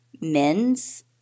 men's